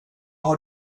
har